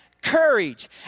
courage